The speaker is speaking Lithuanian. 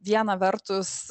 viena vertus